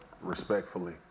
Respectfully